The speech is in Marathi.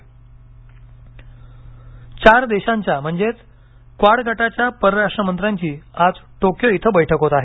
क्वाड बैठक चार देशांच्या म्हणजेच क्वाड गटाच्या परराष्ट्र मंत्र्यांची आज टोक्यो इथं बैठक होत आहे